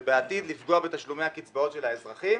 ובעתיד לפגוע בתשלומי הקצבאות של האזרחים